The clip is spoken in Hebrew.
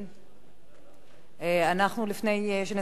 לפני שנסיים את הנושא הזה,